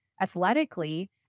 athletically